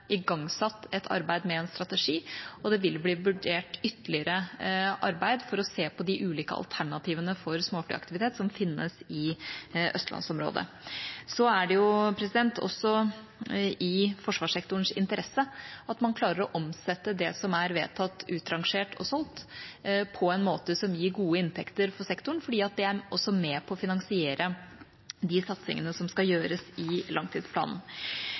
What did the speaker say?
igangsatt et arbeid med en strategi, og at det vil bli vurdert ytterligere arbeid for å se på de ulike alternativene for småflyaktivitet som finnes i Østlands-området. Det er også i forsvarssektorens interesse at man klarer å omsette det som er vedtatt utrangert og solgt, på en måte som gir gode inntekter for sektoren, for det er også med på å finansiere de satsingene som skal gjøres i langtidsplanen.